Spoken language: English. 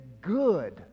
good